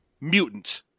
Mutant